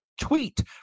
tweet